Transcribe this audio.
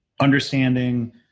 understanding